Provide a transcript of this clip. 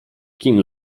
kim